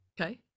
okay